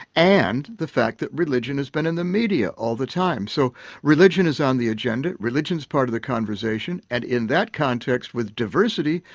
and the fact that religion has been in the media all the time. so religion is on the agenda, religion's part of the conversation and in that context with diversity,